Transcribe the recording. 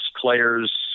players